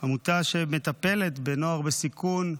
עמותה שמטפלת בנוער בסיכון,